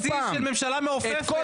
שברתם שיא של ממשלה מעופפת,